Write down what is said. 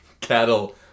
cattle